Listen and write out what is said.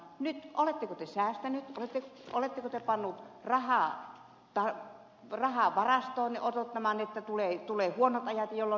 oletteko te säästäneet oletteko te panneet rahaa varastoon odottamaan että tulee huonot ajat jolloin sitä voi käyttää